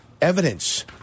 evidence